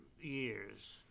years